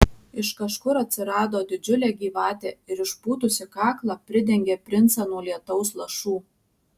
iš kažkur atsirado didžiulė gyvatė ir išpūtusi kaklą pridengė princą nuo lietaus lašų